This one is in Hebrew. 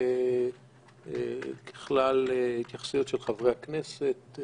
ובכלל התייחסויות של חברי הכנסת.